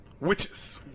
Witches